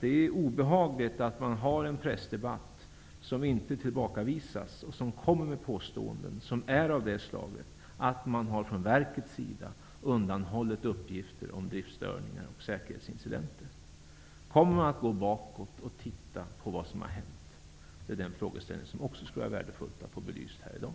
Det är obehagligt med en pressdebatt där det kommer fram påståenden, som inte har avvisats, om att ledningen för verket har undanhållit uppgifter om driftsstörningar och säkerhetsincidenter. Kommer man att se bakåt på vad som har hänt? Det skulle vara värdefullt att få frågeställningen belyst här i dag.